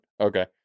Okay